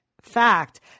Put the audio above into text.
fact